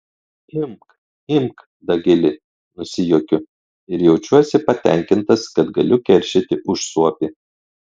imk imk dagili nusijuokiu ir jaučiuosi patenkintas kad galiu keršyti už suopį